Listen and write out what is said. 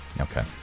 Okay